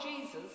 Jesus